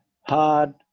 hard